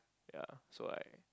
ya so like